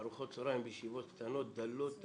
ארוחות הצוהריים בישיבות קטנות, דלות.